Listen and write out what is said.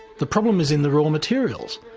the problem is in the raw materials.